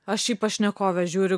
aš į pašnekovę žiūriu